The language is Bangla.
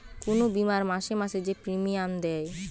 কুনু বীমার মাসে মাসে যে প্রিমিয়াম দেয়